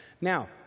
Now